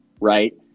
Right